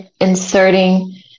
inserting